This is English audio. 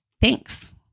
Thanks